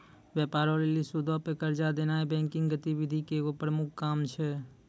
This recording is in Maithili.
व्यापारो लेली सूदो पे कर्जा देनाय बैंकिंग गतिविधि के एगो प्रमुख काम छै